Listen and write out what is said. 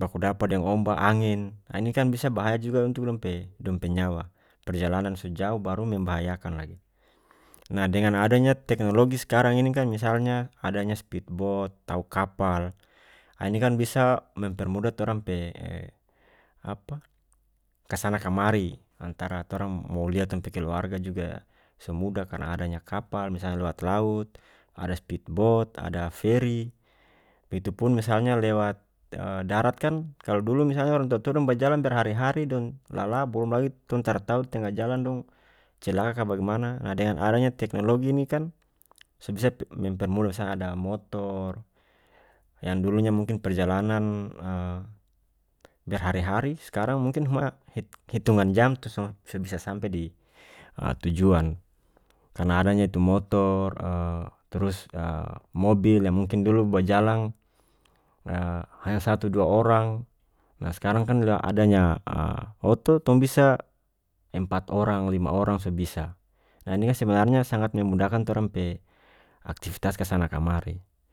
baku dapa deng omba angin ah ini kan bisa bahaya juga untuk dong pe- dong pe nyawa perjalanan so jauh baru membahayakan lagi nah dengan adanya teknologi skarang ini kan misalnya adanya spit bot tau kapal ah ini kan bisa mempermudah torang pe apa kasana kamari antara torang mo lia tong pe keluarga juga so mudah karena adanya kapal misalnya lewat laut ada spit bot ada feri itupun misalnya lewat darat kan kalu dulu misalnya orang tua-tua dong bajalan berhari-hari dong lalah bolom lagi tong tara tau tenga jalan dong celaka ka bagimana nah dengan adanya teknologi ini kan so bisa p mempermudah ada motor yang dulunya mungkin perjalanan berhari-hari skarang mungkin huma hit- hitungan jam tu so- so bisa sampe di tujuan karna adanya tu motor trus mobil yang mungkin dulu bajalang hanya satu dua orang nah skarang kan uda adanya oto tong bisa empat orang lima orang so bisa nah ini sebenarnya sangat memudahkan torang pe aktifitas kasana kamari.